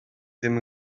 ddim